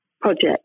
project